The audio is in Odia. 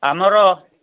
ଆମର